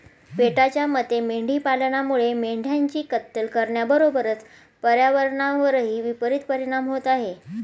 पेटाच्या मते मेंढी पालनामुळे मेंढ्यांची कत्तल करण्याबरोबरच पर्यावरणावरही विपरित परिणाम होत आहे